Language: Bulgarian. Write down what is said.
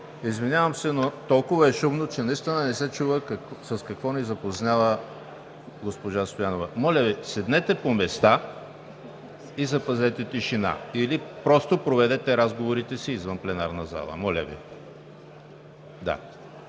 извинявам се, но толкова е шумно, че наистина не се чува с какво ни запознава госпожа Стоянова. (Силен шум.) Моля Ви, седнете по места и запазете тишина или просто проведете разговорите си извън пленарната зала. Моля Ви!